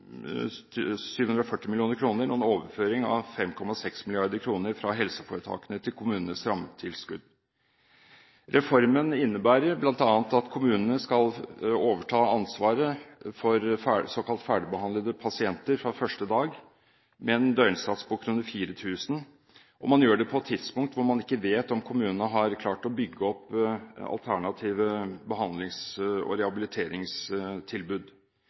overføring av 5,6 mrd. kr fra helseforetakene til kommunenes rammetilskudd. Reformen innebærer bl.a. at kommunene skal overta ansvaret for såkalt ferdigbehandlede pasienter fra første dag, med en døgnsats på 4 000 kr, og man gjør det på et tidspunkt da man ikke vet om kommunene har klart å bygge opp alternative behandlings- og rehabiliteringstilbud.